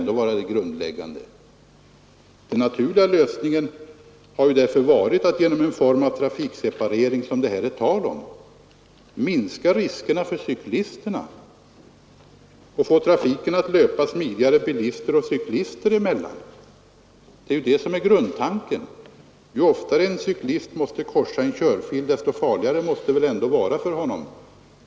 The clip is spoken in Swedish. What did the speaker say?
Den naturliga lösningen har ju därför varit att genom den form av trafikseparering som det här är tal om minska riskerna för cyklisterna och få trafiken att löpa smidigare bilister och cyklister emellan. Detta är grundtanken. Ju oftare en cyklist måste korsa en körfil desto farligare måste det väl ändå vara för honom.